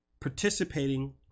participating